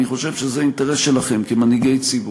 אני חושב שזה אינטרס שלכם, כמנהיגי ציבור,